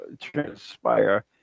transpire